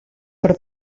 per